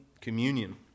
communion